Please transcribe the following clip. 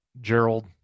Gerald